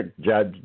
judge